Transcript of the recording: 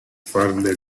farne